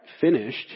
finished